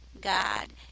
God